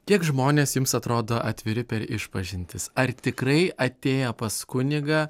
kiek žmonės jums atrodo atviri per išpažintis ar tikrai atėję pas kunigą